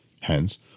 Hence